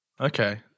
Okay